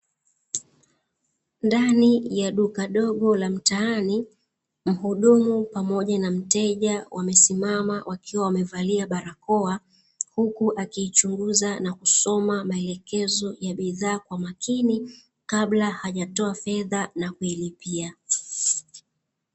Ndani ya duka dogo la mtaani, muhudumu pamoja na mteja wamesimama wakiwa wamevalia barakoa, huku akiichunguza na kusoma maelekezo ya bidhaa kwa makini, kabla hajatoa fedha na kuilipia.